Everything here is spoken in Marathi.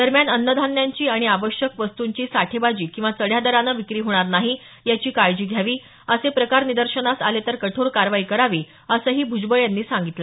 दरम्यान अन्नधान्यांची आणि आवश्यक वस्तूंची साठेबाजी किंवा चढ्या दराने विक्री होणार नाही याची काळजी घ्यावी असे प्रकार निदर्शनास आले तर कठोर कारवाई करावी असे निर्देशही भुजबळ यांनी दिले